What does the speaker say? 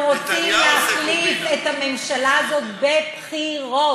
אנחנו רוצים להחליף את הממשלה הזאת בבחירות,